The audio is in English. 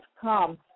come